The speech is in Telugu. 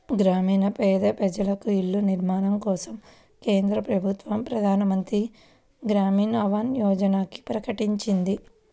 గ్రామీణ పేద ప్రజలకు ఇళ్ల నిర్మాణం కోసం కేంద్ర ప్రభుత్వం ప్రధాన్ మంత్రి గ్రామీన్ ఆవాస్ యోజనని ప్రకటించింది